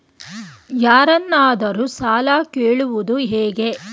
ಯಾರನ್ನಾದರೂ ಸಾಲ ಕೇಳುವುದು ಹೇಗೆ?